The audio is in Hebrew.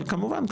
אבל כמובן,